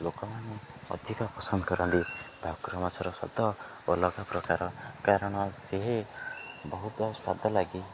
ଲୋକମାନେ ଅଧିକ ପସନ୍ଦ କରନ୍ତି ଭାକୁର ମାଛର ସ୍ୱାଦ ଅଲଗା ପ୍ରକାର କାରଣ ସେ ବହୁତ ସ୍ୱାଦ ଲାଗେ